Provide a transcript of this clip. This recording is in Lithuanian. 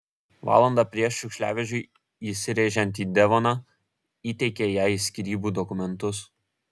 valandą prieš šiukšliavežiui įsirėžiant į devoną įteikė jai skyrybų dokumentus